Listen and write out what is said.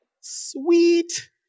Sweet